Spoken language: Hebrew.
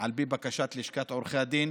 על פי בקשת לשכת עורכי הדין,